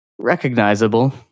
Recognizable